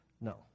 No